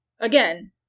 Again